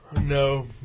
No